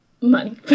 money